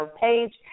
page